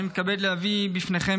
אני מתכבד להביא בפניכם,